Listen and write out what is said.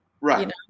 Right